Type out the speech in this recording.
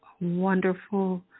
wonderful